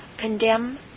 condemn